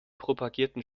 propagierten